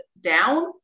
down